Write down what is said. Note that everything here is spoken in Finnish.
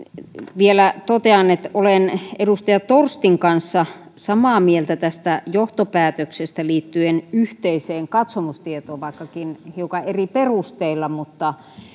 vielä totean että olen edustaja torstin kanssa samaa mieltä tästä johtopäätöksestä liittyen yhteiseen katsomustietoon vaikkakin hiukan eri perusteilla mutta